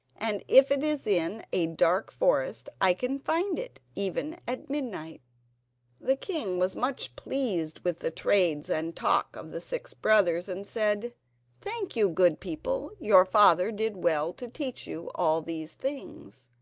and if it is in a dark forest i can find it even at midnight the king was much pleased with the trades and talk of the six brothers, and said thank you, good people your father did well to teach you all these things.